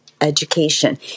Education